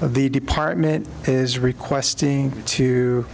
of the department is requesting to